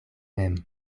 mem